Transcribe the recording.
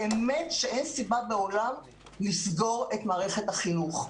באמת שאין סיבה בעולם לסגור את מערכת החינוך.